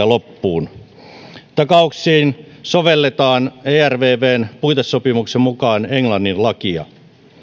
loppuun takauksiin sovelletaan ervvn puitesopimuksen mukaan englannin lakia